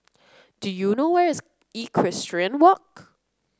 do you know where is Equestrian Walk